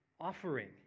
offering